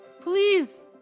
Please